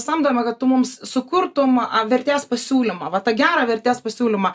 samdome kad tu mums sukurtum a vertės pasiūlymą va tą gerą vertės pasiūlymą